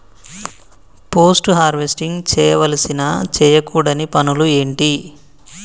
Post harvesting చేయవలసిన చేయకూడని పనులు ఏంటి?